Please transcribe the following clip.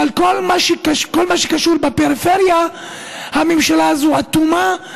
אבל בכל מה שקשור בפריפריה הממשלה הזאת אטומה,